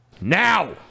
now